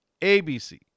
ABC